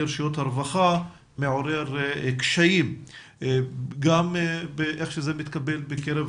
רשויות הרווחה מעורר קשיים גם באיך שזה מתקבל בקרב